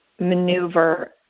maneuver